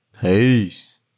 Peace